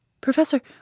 Professor